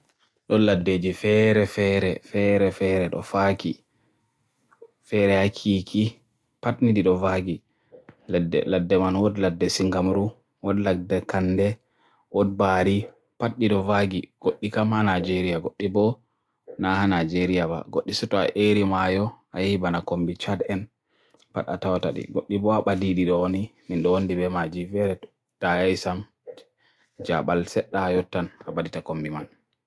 Ɗon laddeji feere feere ngesaaji e leydi feere feere: keeki, aays kirim, payi (payi e aapu, payi e cheri), puɗiŋ, kostaarde, buraawni, kuki, donot, mufi, kopyeeki, chisekeeki, tiraamisu, kreme burulee, makaron, jelaato, sorbee, baklafa, puɗiŋ e naari, salaati e naari, musa e chokoleeti, tarapul, churros, wafele e sirop walla naari, paankeeki, skoonji e jam e kreme, jeelo (ngesa e jelaatin), kande, baari chokoleeti, fajji, aays kirim keeki.